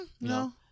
No